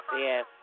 Yes